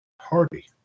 Hardy